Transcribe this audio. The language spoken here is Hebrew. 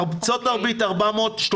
ארצות הברית 432,